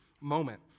moment